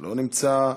לא נמצא.